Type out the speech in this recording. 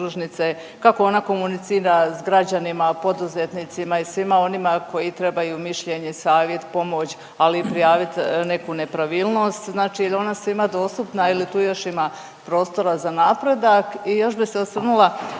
kako ona komunicira s građanima, poduzetnicima i svima onima koji trebaju mišljenje, savjet, pomoć ali i prijavit neku nepravilnost. Znači je li ona svima dostupna ili tu još ima prostora za napredak? I još bi se osvrnula